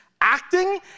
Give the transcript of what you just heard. acting